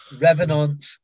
Revenant